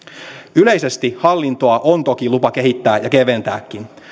yleisesti hallintoa on toki lupa kehittää ja keventääkin